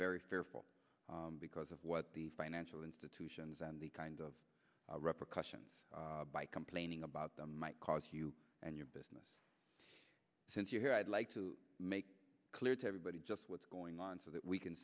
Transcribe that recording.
very fearful because of what the financial institutions and the kind of replication by complaining about them might cause you and your business since you're here i'd like to make clear to everybody just what's going on so that we can